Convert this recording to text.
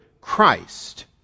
Christ